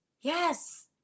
Yes